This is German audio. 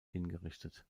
hingerichtet